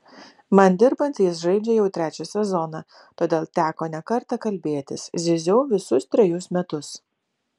man dirbant jis žaidžia jau trečią sezoną todėl teko ne kartą kalbėtis zyziau visus trejus metus